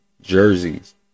jerseys